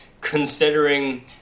considering